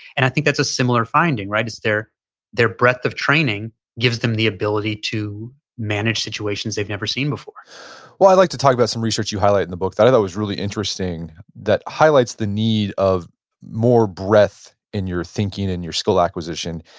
and i think that's a similar finding. it's their their breadth of training gives them the ability to manage situations they've never seen before well i'd like to talk about some research you highlight in the book that i thought was really interesting that highlights the need of more breadth in your thinking and your skill acquisition.